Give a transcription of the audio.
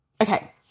okay